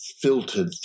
filtered